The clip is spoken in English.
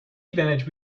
advantage